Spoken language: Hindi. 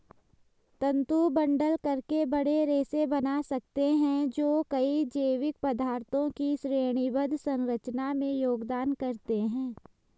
तंतु बंडल करके बड़े रेशे बना सकते हैं जो कई जैविक पदार्थों की श्रेणीबद्ध संरचना में योगदान करते हैं